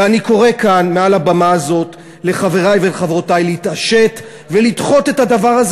ואני קורא כאן מעל הבמה הזאת לחברי ולחברותי להתעשת ולדחות את הדבר הזה.